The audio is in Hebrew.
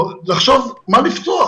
נחשוב מה לפתוח,